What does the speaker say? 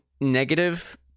negative